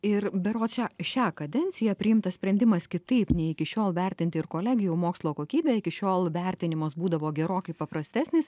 ir berods šią šią kadenciją priimtas sprendimas kitaip nei iki šiol vertinti ir kolegijų mokslo kokybę iki šiol vertinimas būdavo gerokai paprastesnis